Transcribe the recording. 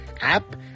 app